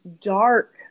dark